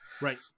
Right